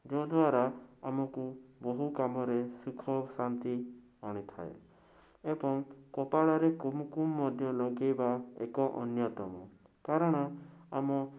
ଯେଉଁ ଦ୍ଵାରା ଆମୁକୁ ବହୁ କାମରେ ସୁଖ ଶାନ୍ତି ଆଣି ଥାଏ ଏବଂ କପାଳରେ କୁମ୍ କୁମ୍ ମଧ୍ୟ ଲଗାଇବା ଏକ ଅନ୍ୟତମ କାରଣ ଆମ